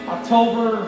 October